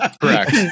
Correct